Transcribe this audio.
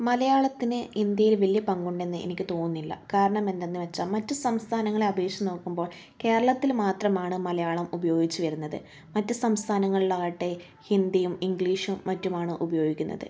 മലയാളത്തിന് ഇന്ത്യയിൽ വലിയ പങ്കുണ്ടെന്ന് എനിക്ക് തോന്നുന്നില്ല കാരണം എന്തെന്നു വച്ചാൽ മറ്റു സംസ്ഥാനങ്ങളെ അപേക്ഷിച്ച് നോക്കുമ്പോൾ കേരളത്തിൽ മാത്രമാണ് മലയാളം ഉപയോഗിച്ച് വരുന്നത് മറ്റു സംസ്ഥാനങ്ങളിലാകട്ടെ ഹിന്ദിയും ഇംഗ്ലീഷും മറ്റുമാണ് ഉപയോഗിക്കുന്നത്